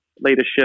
leadership